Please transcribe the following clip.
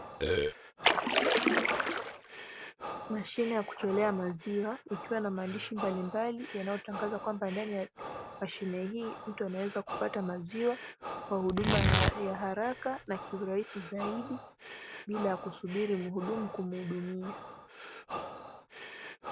Mashine ya kutolea maziwa ikiwa na maandishi mbalimbali, yanayotangaza kwamba ndani ya mashine hii mtu anaweza kupata maziwa kwa huduma ya haraka na kwa urahisi zaidi, bila kusubiri mhudumu kumhudumia.